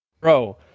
Bro